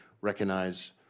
recognize